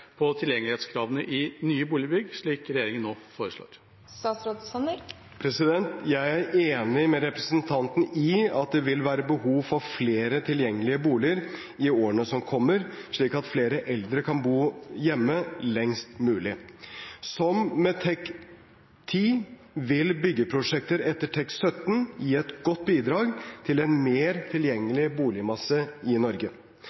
på tilgjengelighetskravene i nye boligbygg slik regjeringen nå foreslår?» Jeg er enig med representanten Kjenseth i at det vil være behov for flere tilgjengelige boliger i årene som kommer, slik at flere eldre kan bo hjemme lengst mulig. Som med TEK10 vil byggeprosjekter etter TEK17 gi et godt bidrag til en mer tilgjengelig boligmasse i Norge.